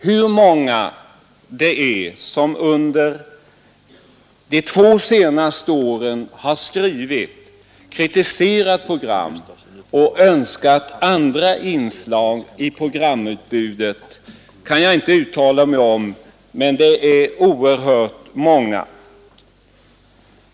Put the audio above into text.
Hur många det är som under de två senaste åren har skrivit, kritiserat program och önskat andra inslag i programutbudet kan jag inte uttala mig om, men det är oerhört många.